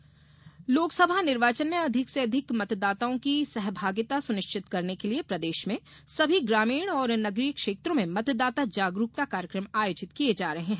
मतदाता जागरूकता लोकसभा निर्वाचन में अधिक से अधिक मतदाताओं की सहभागिता सुनिश्चित करने के लिए प्रदेश में सभी ग्रामीण और नगरीय क्षेत्रों में मतदाता जागरूकता कार्यक्रम आयोजित किए जा रहे हैं